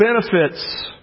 benefits